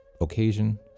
occasion